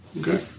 Okay